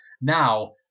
Now